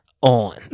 on